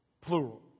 Plural